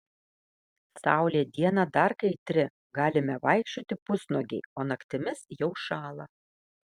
saulė dieną dar kaitri galime vaikščioti pusnuogiai o naktimis jau šąla